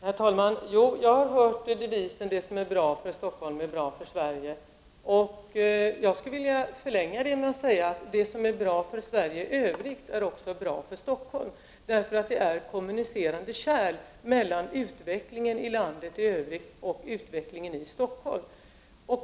Herr talman! Jo, jag har hört devisen att det som är bra för Stockholm är bra för Sverige. Jag skulle vilja förlänga den och säga att det som är bra för Sverige i övrigt är också bra för Stockholm. Det finns kommunicerande kärl mellan utvecklingen i landet i övrigt och utvecklingen i Stockholm.